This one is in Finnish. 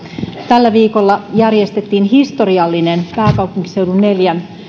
tällä viikolla järjestettiin historiallinen pääkaupunkiseudun neljän